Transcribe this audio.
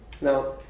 Now